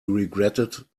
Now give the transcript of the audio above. regretted